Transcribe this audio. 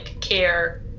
care